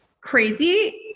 crazy